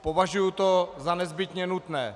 Považuji to za nezbytně nutné.